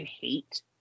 hate